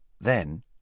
then